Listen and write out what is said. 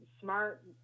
smart